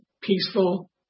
peaceful